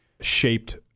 shaped